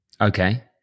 Okay